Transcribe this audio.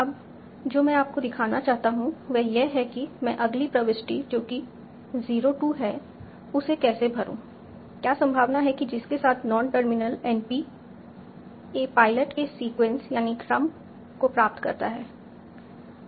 अब जो मैं आपको दिखाना चाहता हूं वह यह है कि मैं अगली प्रविष्टि जो कि 0 2 है उसे कैसे भरू क्या संभावना है जिसके साथ non terminal NP a pilot के सीक्वेंसक्रम को प्राप्त करता है